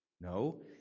No